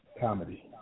comedy